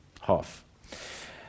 half